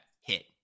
hit